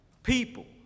People